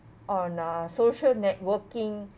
on uh social networking